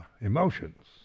emotions